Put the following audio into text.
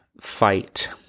fight